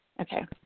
Okay